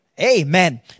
Amen